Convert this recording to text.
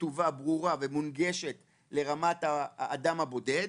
כתובה ברורה ומונגשת לרמת האדם הבודד.